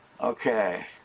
Okay